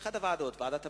לאחת הוועדות, לוועדת הפנים.